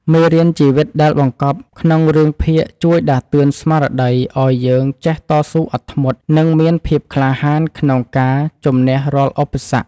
មេរៀនជីវិតដែលបង្កប់ក្នុងរឿងភាគជួយដាស់តឿនស្មារតីឱ្យយើងចេះតស៊ូអត់ធ្មត់និងមានភាពក្លាហានក្នុងការជម្នះរាល់ឧបសគ្គ។